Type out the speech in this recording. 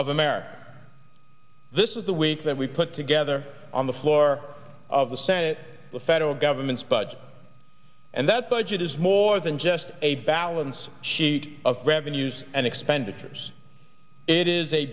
of america this is the week that we put together on the floor of the senate the federal government's budget and that budget is more than just a balance sheet of revenues and expenditures it is a